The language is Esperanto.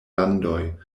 landoj